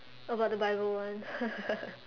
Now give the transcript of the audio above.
about the bible one